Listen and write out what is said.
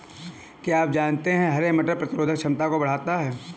क्या आप जानते है हरे मटर प्रतिरोधक क्षमता को बढ़ाता है?